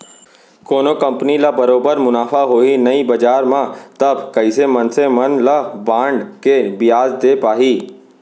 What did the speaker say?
कोनो कंपनी ल बरोबर मुनाफा होही नइ बजार म तब कइसे मनसे मन ल बांड के बियाज दे पाही